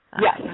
Yes